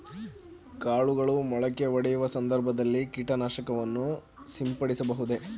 ಕಾಳುಗಳು ಮೊಳಕೆಯೊಡೆಯುವ ಸಂದರ್ಭದಲ್ಲಿ ಕೀಟನಾಶಕವನ್ನು ಸಿಂಪಡಿಸಬಹುದೇ?